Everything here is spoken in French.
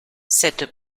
cette